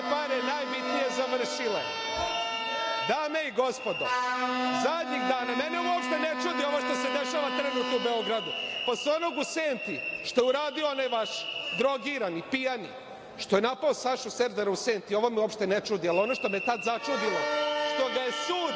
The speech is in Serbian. pare najbitnije završile. Dame i gospodo, zadnjih dana mene uopšte ne čudi ovo što se dešava trenutno u Beogradu. Posle onog u Senti što je uradio onaj vaš drogirani, pijani, što je napao Sašu Sedlara u Senti ovo me uopšte ne čudi, ali ono što me je tada začudilo što ga je sud